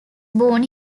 born